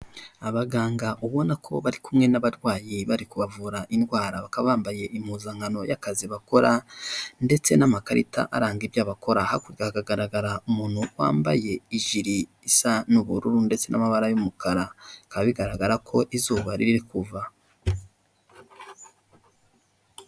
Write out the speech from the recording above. Abaganga ubona ko bari kumwe n'abarwayi bari kubavura indwara baka bambaye impuzankano y'akazi bakora ndetse n'amakarita aranga ibyo bakora, hakurya hakagaragara umuntu wambaye ijiri isa n'ubururu ndetse n'amabara y'umukara, bikaba bigaragara ko izuba riri kuva.